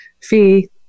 fee